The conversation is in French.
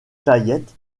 clayette